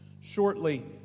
shortly